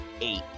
eight